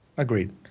Agreed